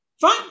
Fine